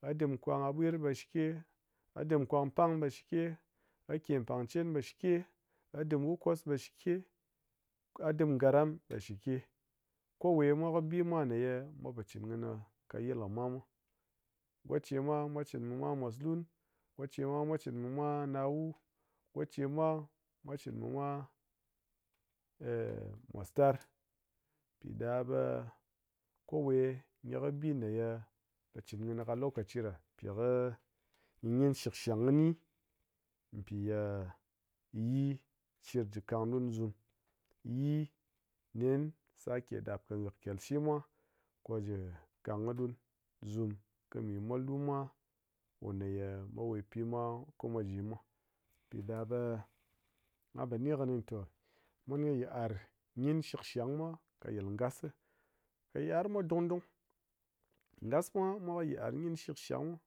ha dim kong kabwir ɓe shike, ha dim kong pang ɓe shike, ha ke pangchen ɓe shike, ha dim wukkos ɓe shike, ha dim garram ɓe shike kowe mwa kɨ bi mwa me ye mwa po chin kini kɨ yil kɨ mwa mwa. Ngoche mwa mwa chin mi mwa mos lun, ngoche mwa mwa chin mi mwa nawu, ngoche mwa mwa chin mi mwa mos tar, pi ɗa ɓe kowe gyi ki bi ne ye po chin kɨni kɨ lokachi ɗa pi ye gyi gyin shikshang gyi pi ye yii chir ji kang ɗun zum, yii nen sake ɗap kɨ hik kyal shi mwa ko ji kang kɨ ɗun zum kɨ mi mwal ɗu mwa ko me ye mwa we pi mwa ko mwa ji mwa. Pi ɗa ɓe ngha po i kini te mun kɨ yit'ar gyin shikshang mwa kɨ yil ngas si, ɓe yit'ar mwa dung dung. Ngas mwa mwa kɨ yit'ar gyin shiksang mwa